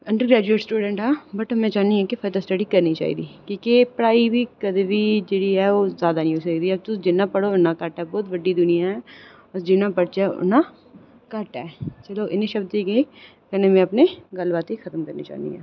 under graduate student आं ते में चाह्न्नी आं कि फर्दर स्टडी करनी चाहिदी की के पढ़ाई कदें बी जेह्की ऐ ओह् जादा निं होई सकदी तुस जिन्ना पढ़ो उन्ना घट्ट ऐ बड़ी बड्डी दुनियां ऐ ते जिन्ना पढ़ो उन्ना घट्ट ऐ इनें शब्दें गी कन्नै अपनी गल्लबात कन्नै खत्म करना चाह्न्नी आं